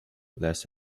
less